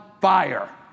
fire